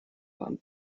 waren